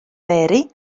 mary